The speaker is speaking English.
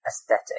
aesthetic